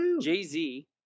Jay-Z